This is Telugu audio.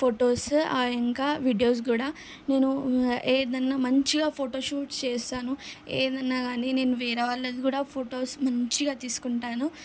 ఫొటోస్ ఇంకా వీడియోస్ కూడా నేను ఏదన్నా మంచిగా ఫోటో షూట్ చేస్తాను ఏదన్నా కాని వేరే వాళ్ళది కూడా ఫొటోస్ మంచిగా తీసుకుంటాను